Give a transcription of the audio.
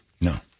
No